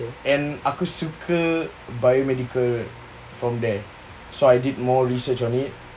and aku suka biomedical from there so I did more research on it